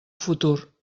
futur